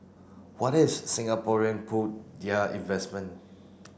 what if Singaporean pull their investment